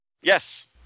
Yes